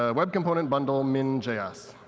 ah web component bundle, min js.